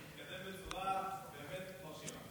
הוא מתקדם בצורה באמת מרשימה.